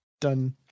done